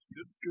Good